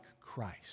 Christ